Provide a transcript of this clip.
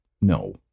no